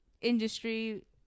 industry